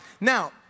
Now